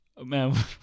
Man